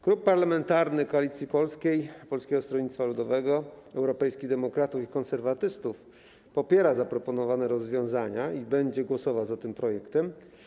Klub Parlamentarny Koalicja Polska - Polskie Stronnictwo Ludowe - Unia Europejskich Demokratów, Konserwatyści popiera zaproponowane rozwiązania i będzie głosował za tym projektem.